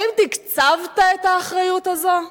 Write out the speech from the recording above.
האם תקצבת את האחריות הזו?